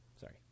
Sorry